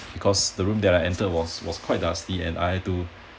because the room that I entered was was quite dusty and I have to